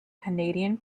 canadian